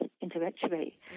intellectually